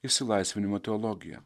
išsilaisvinimo teologija